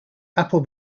apple